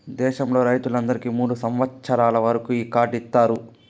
దేశంలో రైతులందరికీ మూడు సంవచ్చరాల వరకు ఈ కార్డు ఇత్తారు